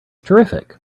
terrific